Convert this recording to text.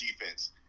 defense